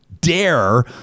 dare